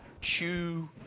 chew